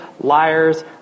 liars